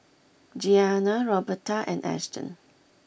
Gianna Roberta and Ashton